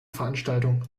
veranstaltung